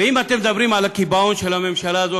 ואם אתם מדברים על הקיבעון של הממשלה הזו,